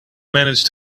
manage